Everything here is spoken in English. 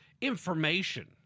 information